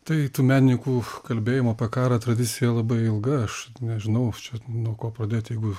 tai tų menininkų kalbėjimo apie karą tradicija labai ilga aš nežinau čia nuo ko pradėti jeigu